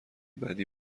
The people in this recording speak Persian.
بعدی